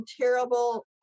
terrible